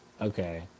Okay